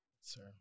sir